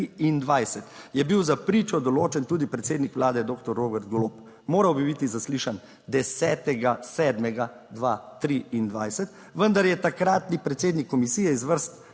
je bil za pričo določen tudi predsednik Vlade doktor Robert Golob. Moral bi biti zaslišan 10. 7. 2023, vendar je takratni predsednik komisije iz vrst,